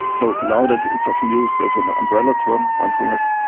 so nowadays it's often used as an ah umbrella term, mindfulness,